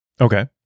Okay